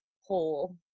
whole